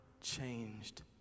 changed